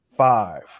Five